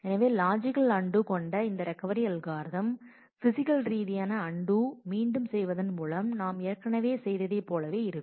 எனவே logical undo கொண்ட இந்த ரெக்கவரி அல்காரிதம் பிஸிக்கல் ரீதியான அன்டூ மீண்டும் செய்வதன் மூலம் நாம் ஏற்கனவே செய்ததைப் போலவே இருக்கும்